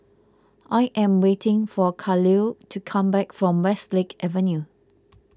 I am waiting for Kahlil to come back from Westlake Avenue